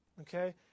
okay